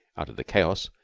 out of the chaos,